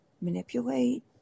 manipulate